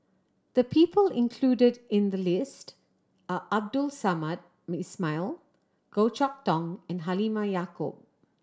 the people included in the list are Abdul Samad Ismail Goh Chok Tong and Halimah Yacob